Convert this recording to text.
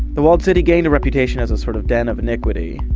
the walled city gained a reputation as a sort of den of iniquity.